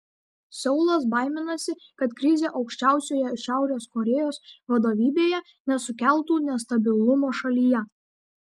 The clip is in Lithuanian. seulas baiminasi kad krizė aukščiausioje šiaurės korėjos vadovybėje nesukeltų nestabilumo šalyje